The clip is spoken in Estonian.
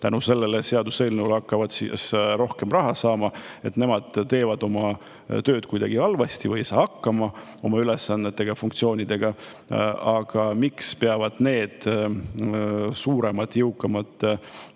tänu sellele seaduseelnõule hakkavad rohkem raha saama, teevad oma tööd kuidagi halvasti või ei saa hakkama oma ülesannete ja funktsioonidega. Aga miks peavad suuremad ja jõukamad